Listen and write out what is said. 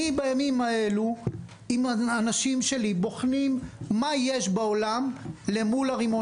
בימים האלו אני והאנשים שלי בוחנים מה יש בעולם מול הרימון.